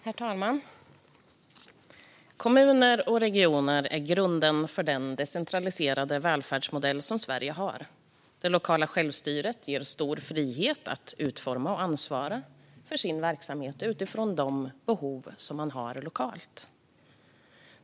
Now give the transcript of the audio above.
Herr talman! Kommuner och regioner är grunden för den decentraliserade välfärdsmodell som Sverige har. Det lokala självstyret ger stor frihet att utforma och ansvara för sin verksamhet utifrån de behov som man har lokalt.